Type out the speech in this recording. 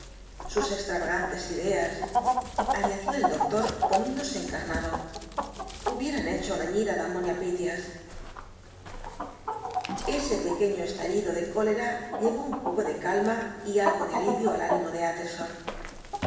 sus extravagantes ideas añadió el doctor poniéndose encarnado hubieran hecho reñir á damón y pythias ese pequeño estallido de cólera llevó un poco de calma y algo de alivio al ánimo de